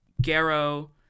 Garrow